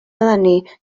eleni